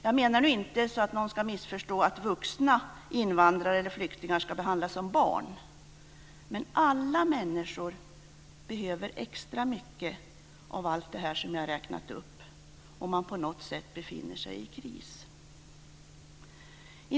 Ingen ska missförstå mig nu - jag menar inte att vuxna invandrare eller flyktingar ska behandlas som barn. Men alla människor behöver extra mycket av allt det som jag har räknat upp om man på något sätt befinner sig i kris.